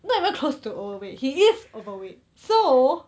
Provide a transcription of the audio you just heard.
not even close to overweight he is overweight so